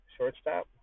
shortstop